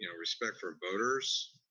you know respect for voters,